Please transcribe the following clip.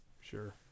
Sure